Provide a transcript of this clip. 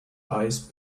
ice